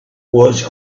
was